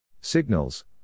Signals